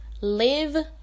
Live